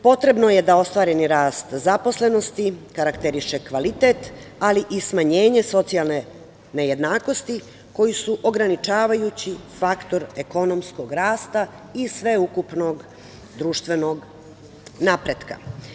Potrebno je da ostvareni rast zaposlenosti karakteriše kvalitet, ali i smanjenje socijalne nejednakosti koji su ograničavajući faktor ekonomskog rasta i sveukupnog društvenog napretka.